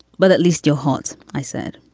but at least your heart? i said